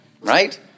Right